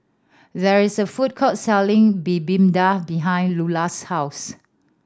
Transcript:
there is a food court selling Bibimbap behind Lulah's house